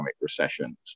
recessions